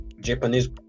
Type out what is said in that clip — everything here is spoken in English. Japanese